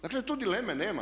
Dakle, tu dileme nema.